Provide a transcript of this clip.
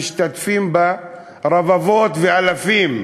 שמשתתפים בה רבבות ואלפים.